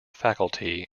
faculty